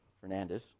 Fernandez